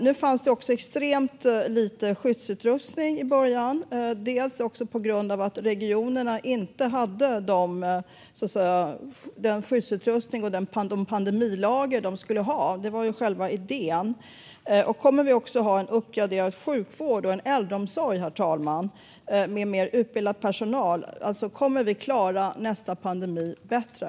Det fanns extremt lite skyddsutrustning i början, bland annat på grund av att regionerna inte hade de pandemilager de skulle ha. Kommer vi också att ha en uppgraderad sjukvård och äldreomsorg med mer utbildad personal? Kommer vi att klara nästa pandemi bättre?